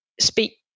speak